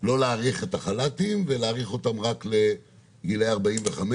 לא להאריך את החל"תים ולהאריך אותם רק לגילאי 45,